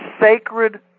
sacred